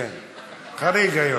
כן, חריג היום.